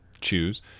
choose